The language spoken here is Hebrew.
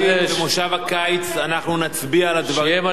במושב הקיץ אנחנו נצביע על הדברים האלה.